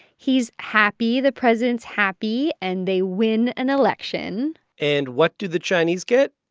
he's happy. the president's happy. and they win an election and what do the chinese get?